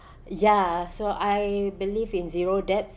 ya so I believe in zero debts